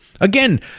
again